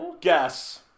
Guess